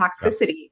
toxicity